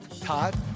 Todd